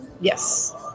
yes